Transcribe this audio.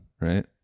Right